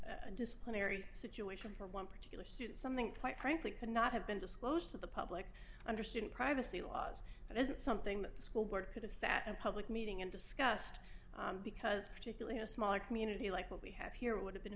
then disciplinary situation for one particular student something quite frankly could not have been disclosed to the public under student privacy laws and isn't something that the school board could have sat in public meeting and discussed because particularly in a smaller community like what we have here would have been